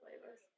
flavors